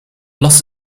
las